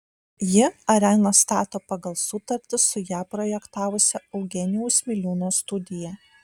ji areną stato pagal sutartį su ją projektavusia eugenijaus miliūno studija